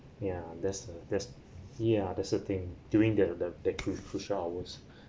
yeah that's the that's yeah that's the thing during the the the cru~ crucial hours